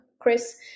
Chris